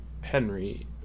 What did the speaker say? Henry